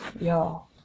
Y'all